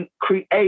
create